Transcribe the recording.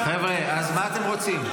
חבר'ה, אז מה אתם רוצים?